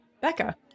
Becca